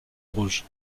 rouge